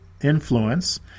influence